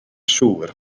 siŵr